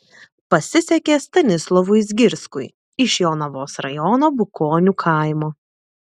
pasisekė stanislovui zgirskui iš jonavos rajono bukonių kaimo